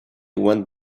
went